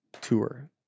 tour